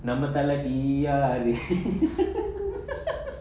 நம்ம தல:namma thala TR